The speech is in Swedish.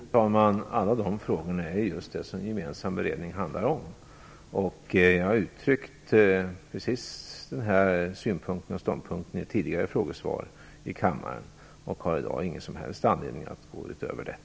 Fru talman! Alla dessa frågor är just vad den gemensamma beredningen handlar om. Jag har uttryckt just den synpunkten/ståndpunkten i ett tidigare frågesvar här i kammaren och har i dag ingen som helst anledning att gå utöver detta.